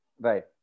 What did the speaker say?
Right